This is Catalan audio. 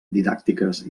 didàctiques